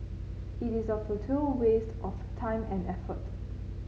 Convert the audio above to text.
it is a futile waste of time and effort